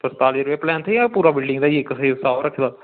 त्रताली रपे फुट्ट जां पूरा बिल्डिंग दा ई